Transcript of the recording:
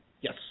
Yes